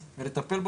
נמצא איתנו?